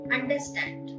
Understand